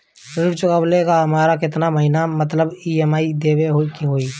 ऋण चुकावेला हमरा केतना के महीना मतलब ई.एम.आई देवे के होई?